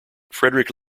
friedrich